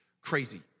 crazy